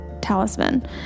Talisman